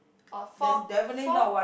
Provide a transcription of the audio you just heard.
or four four